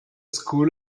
school